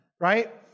right